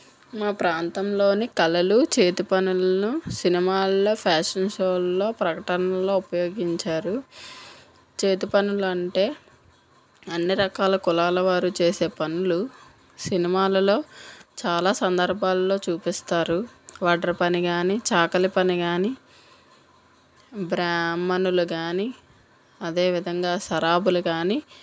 మా ప్రాంతంలోని కళలు చేతి పనులను సినిమాల్లో ఫ్యాషన్ షోలలో ప్రకటనల్లో ఉపయోగించారు చేతి పనులు అంటే అన్ని రకాల కులాల వారు చేసే పనులు సినిమాలలో చాలా సందర్భాల్లో చూపిస్తారు వాటర్ పని కానీ చాకలి పని కానీ బ్రాహ్మణులు కానీ అదే విధంగా సరాబులు కానీ